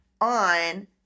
...on